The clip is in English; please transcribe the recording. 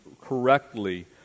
correctly